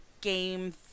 game